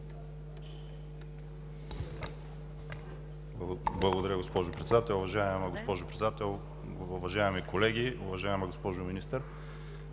Благодаря, госпожо Председател. Уважаема госпожо Председател, уважаеми колеги! Уважаема госпожо Министър,